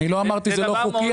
אני לא אמרתי זה לא חוקי,